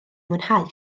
mwynhau